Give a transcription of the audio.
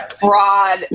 broad